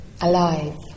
alive